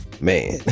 man